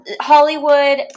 Hollywood